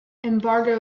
embargo